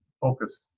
focus